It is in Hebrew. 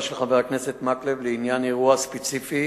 של חבר הכנסת מקלב לעניין אירוע ספציפי,